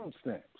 stamps